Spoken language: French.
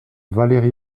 valérie